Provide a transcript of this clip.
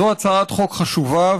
זאת הצעת חוק חשובה,